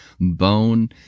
bone